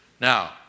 Now